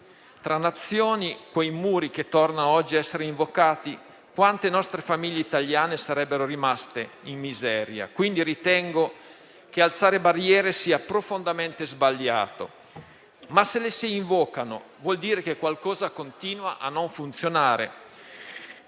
tra Nazioni - quei muri che tornano oggi a essere invocati - quante nostre famiglie italiane sarebbero rimaste in miseria! Ritengo, quindi, che alzare barriere sia profondamente sbagliato; ma se le si invocano, vuol dire che qualcosa continua a non funzionare